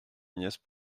nièce